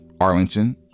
Arlington